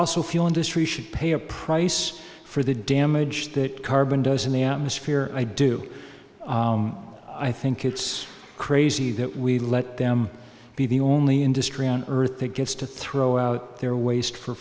fossil fuel industry should pay a price for the damage that carbon does in the atmosphere i do i think it's crazy that we let them be the only industry on earth that gets to throw out their waste for